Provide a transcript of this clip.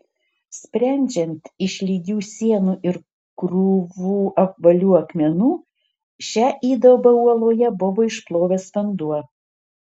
sprendžiant iš lygių sienų ir krūvų apvalių akmenų šią įdubą uoloje buvo išplovęs vanduo